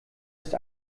ist